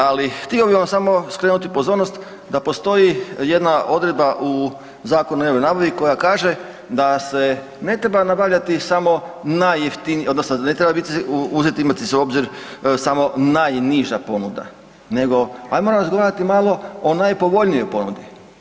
Ali htio bih vam samo skrenuti pozornost da postoji jedna odredba u Zakonu o javnoj nabavi koja kaže da se ne treba nabavljati samo najjeftinije odnosno da ne treba biti uzeti, imati se u obzir samo najniža ponuda nego ajmo razgovarati malo o najpovoljnijoj ponudi.